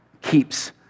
keeps